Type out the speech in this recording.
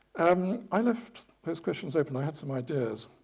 um i left those questions open, i had some ideas,